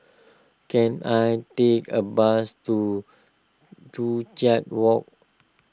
can I take a bus to Joo Chiat Walk